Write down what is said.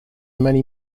many